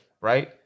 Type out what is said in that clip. Right